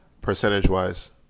Percentage-wise